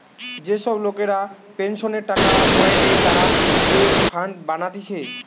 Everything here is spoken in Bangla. যে সব লোকরা পেনসনের টাকা পায়েটে তারা যে ফান্ড বানাতিছে